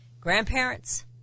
Grandparents